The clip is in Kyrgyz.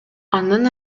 анын